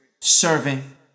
serving